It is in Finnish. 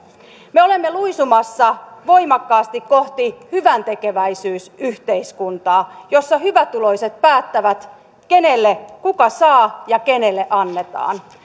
me olemme luisumassa voimakkaasti kohti hyväntekeväisyysyhteiskuntaa jossa hyvätuloiset päättävät kuka saa ja kenelle annetaan